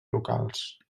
locals